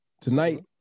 Tonight